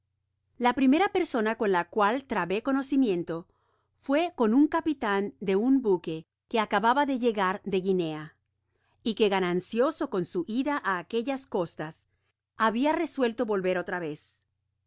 la primera persona con la cual trabé conocimiento fué con un capitan de un buque aue acababa de llegar de guinea y que ganancioso con su ida á aquellas costas habia resuelto volver otra vez